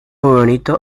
bonito